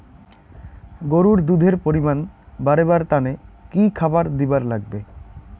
গরুর দুধ এর পরিমাণ বারেবার তানে কি খাবার দিবার লাগবে?